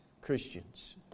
Christians